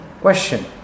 question